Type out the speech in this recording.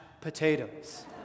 potatoes